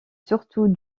surtout